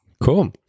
Cool